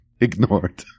ignored